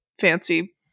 fancy